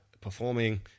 performing